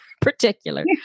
particular